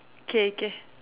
K K